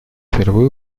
впервые